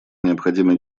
необходимый